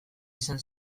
izan